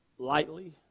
lightly